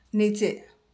نیچے